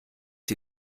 die